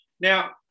Now